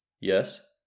Yes